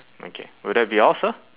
okay will that be all sir